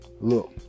look